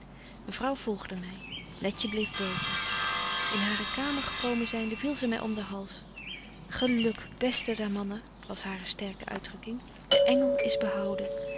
mevrouw volgde my letje bleef boven in hare kamer gekomen zynde viel zy my om den hals geluk beste der mannen was hare sterke uitdrukking de engel is behouden